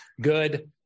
good